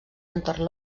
entorn